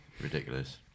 ridiculous